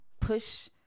push